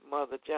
Mother